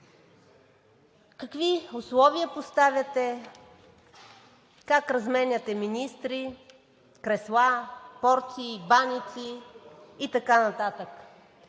какви условия поставяте, как разменяте министри, кресла, порции, баници и така нататък.